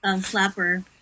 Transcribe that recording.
flapper